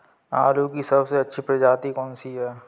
आलू की सबसे अच्छी प्रजाति कौन सी है?